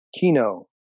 Kino